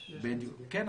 יש --- כן,